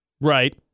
Right